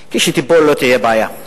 כשתיפול לא תהיה בעיה.